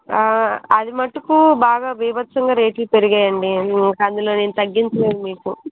అది మట్టుకు బాగా బీభత్సంగా రేట్లు పెరిగాయి అందులో నేను తగ్గించలేను మీకు